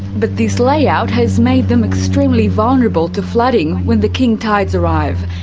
but this layout has made them extremely vulnerable to flooding when the king tides arrive.